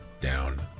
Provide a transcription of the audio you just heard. down